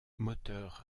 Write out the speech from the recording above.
moteur